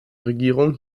regierung